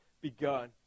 begun